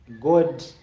God